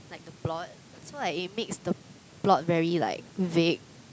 like the plot so like it makes the plot very like vague